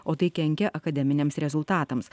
o tai kenkia akademiniams rezultatams